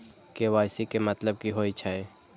KYC के मतलब कि होई छै?